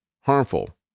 harmful